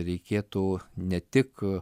reikėtų ne tik